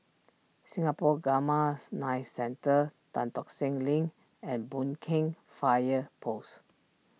Singapore Gammas Knife Centre Tan Tock Seng Link and Boon Keng Fire Post